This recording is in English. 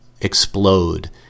explode